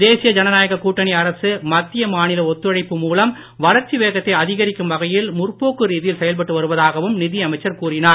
தேசிய ஜனநாயகக் கூட்டணி அரசு மத்திய மாநில ஒத்துழைப்பு மூலம் வளர்ச்சி வேகத்தை அதிகரிக்கும் வகையில் முற்போக்கு ரீதியில் செயல்பட்டு வருவதாகவும் நிதி அமைச்சர் கூறினார்